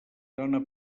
dóna